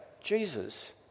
Jesus